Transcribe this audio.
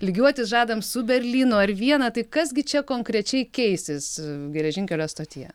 lygiuotis žadam su berlynu ar viena tai kas gi čia konkrečiai keisis geležinkelio stotyje